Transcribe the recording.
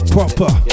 Proper